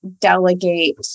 delegate